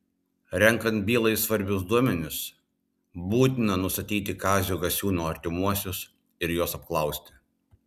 renkant bylai svarbius duomenis būtina nustatyti kazio gasiūno artimuosius ir juos apklausti